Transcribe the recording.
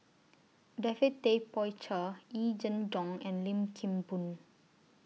David Tay Poey Cher Yee Jenn Jong and Lim Kim Boon